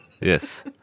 yes